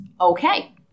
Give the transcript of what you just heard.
Okay